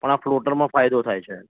પણ આ ફ્લોટરમાં ફાયદો થાય છે